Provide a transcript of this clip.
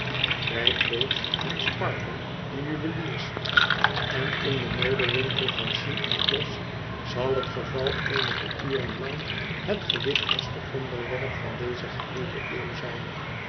bij bin ze en sparkle de juweliers en in den modewinkel van sheen en gloss zal het geval eenige uren lang het gewichtigste onderwerp van deze geheele eeuw zijn